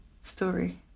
story